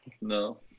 no